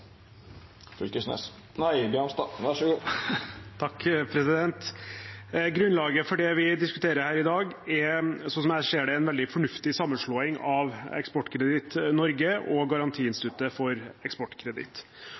Grunnlaget for det vi diskuterer her i dag, er, slik jeg ser det, en veldig fornuftig sammenslåing av Eksportkreditt Norge og Garantiinstituttet for eksportkreditt.